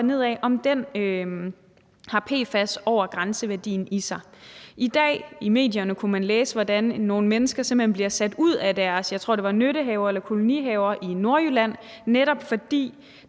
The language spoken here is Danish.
ned ad, har PFAS over grænseværdien i sig. I dag kunne man i medierne læse, hvordan nogle mennesker simpelt hen bliver sat ud af deres, jeg tror det var nyttehaver eller kolonihaver i Nordjylland, netop fordi